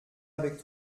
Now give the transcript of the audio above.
avec